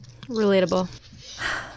Relatable